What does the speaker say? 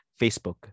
Facebook